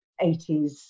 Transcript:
80s